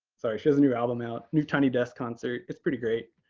sorry. she has a new album out. new tiny desk concert. it's pretty great.